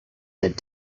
that